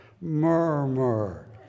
Murmur